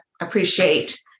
appreciate